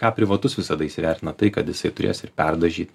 ką privatus visada įsivertina tai kad jisai turės ir perdažyt